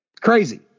Crazy